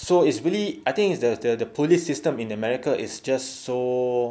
so it's really I think it's the the the police system in america is just so